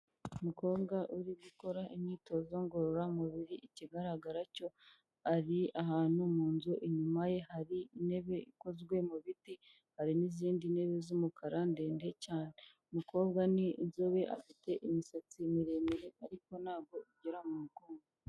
Umukobwa uri gukora imyitozo ngororamubiri, ikigaragara cyo ari ahantu mu nzu, inyuma ye hari intebe ikozwe mu biti, hari n'izindi ntebe z'umukara ndende cyane. Umukobwa ni inzobe, afite imisatsi miremire ariko ntabwo igera mu mugongo.